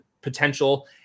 potential